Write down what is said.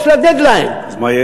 יש לו "דד-ליין" אז מה יהיה,